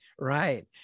right